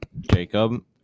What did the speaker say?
Jacob